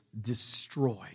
destroy